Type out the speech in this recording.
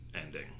ending